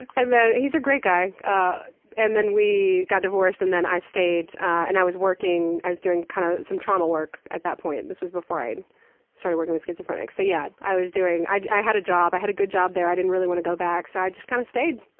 and then he's a great guy ah and then we got divorced and then i stayed and i was working, i was doing kind of, some trauma work at that point. this was before i started working with schizophrenics, so yeah. i was doing i i had a job, i had a good job there, i didn't really want to go back, so i just kind of stayed.